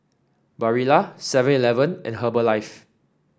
Barilla Seven Eleven and Herbalife